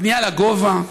בנייה לגובה.